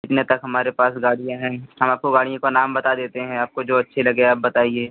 इतने तक हमारे पास गाड़ियाँ हैं हम आपको गाड़ियों का नाम बता देते हैं आपको जो अच्छी लगे आप बताइए